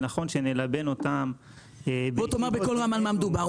ונכון שנלבן אותם --- בוא ותאמר בקול רם על מה מדובר.